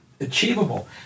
achievable